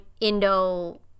Indo